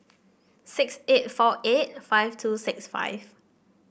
six eight four eight five two six five